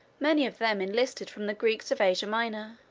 many of them enlisted from the greeks of asia minor.